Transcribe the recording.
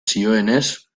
zioenez